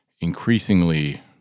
increasingly